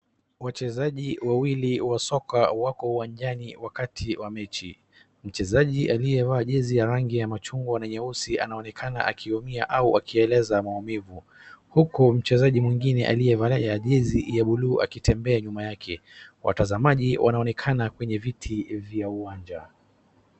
Wachezaji wawili wa soka wako uwanjani wakati wa mechi. Mchezaji aliyevaa jezi ya rangi ya machungwa na nyeusi anaonekana akiongea au akieleza maumivu. Huku mchezaji mwingine aliyevalia jezi ya buluu akitembea nyuma yake. Watazamaji wanaonekana kwenye viti vya uwanja.